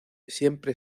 siempre